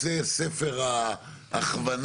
מתי ייצא ספר ההכוונה?